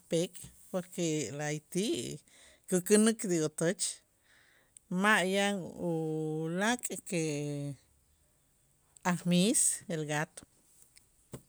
Pek' porque la'ayti' kukänäk ti otoch ma' yan ulaak' que ajmis el gato.